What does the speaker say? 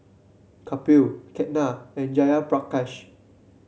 Kapil Ketna and Jayaprakash